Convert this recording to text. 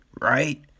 right